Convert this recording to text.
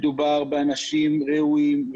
מדובר באנשים ראויים,